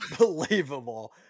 unbelievable